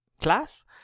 class